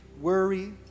Worry